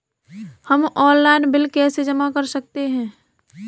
हम online bill कैसे जमा कर सकते हैं?